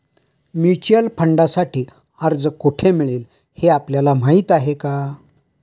Mutual फंडांसाठी अर्ज कोठे मिळेल हे आपल्याला माहीत आहे का?